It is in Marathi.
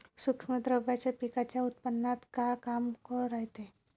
सूक्ष्म द्रव्याचं पिकाच्या उत्पन्नात का काम रायते?